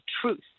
truth